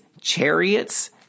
chariots